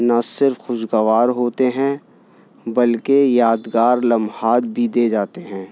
نہ صرف خوشگوار ہوتے ہیں بلکہ یادگار لمحات بھی دے جاتے ہیں